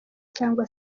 cyangwa